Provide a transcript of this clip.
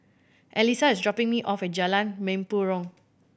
Alissa is dropping me off at Jalan Mempurong